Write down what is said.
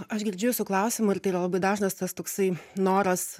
aš girdžiu jūsų klausimą ir tai yra labai dažnas tas toksai noras